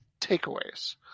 takeaways